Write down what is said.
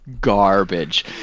garbage